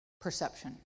perception